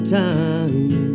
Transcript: time